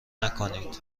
نکنید